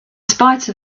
spite